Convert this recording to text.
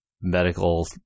medical